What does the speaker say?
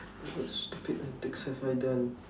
what stupid antics have I done